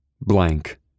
Blank